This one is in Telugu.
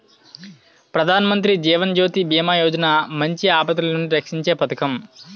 ప్రధానమంత్రి జీవన్ జ్యోతి బీమా యోజన మంచి ఆపదలనుండి రక్షీంచే పదకం